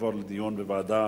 תעבורנה לדיון בוועדה